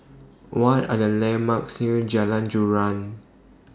What Are The landmarks near Jalan Joran